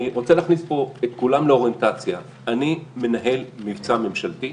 אני רוצה להכניס פה את כולם לאוריינטציה: אני מנהל מבצע ממשלתי,